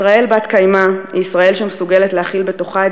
ישראל בת-קיימא היא ישראל שמסוגלת להכיל בתוכה את